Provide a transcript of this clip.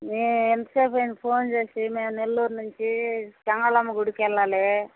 మేం ఎంతసేపయింది ఫోన్ చేసి మేం నెల్లూరు నుంచి చంగాళమ్మ గుడికెళ్ళాలి